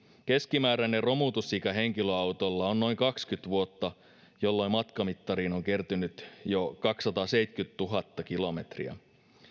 keskimääräinen romutusikä henkilöautolla on noin kaksikymmentä vuotta jolloin matkamittariin on kertynyt jo kaksisataaseitsemänkymmentätuhatta kilometriä